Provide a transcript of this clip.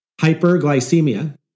Hyperglycemia